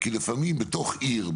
כי לפעמים בתך עיר,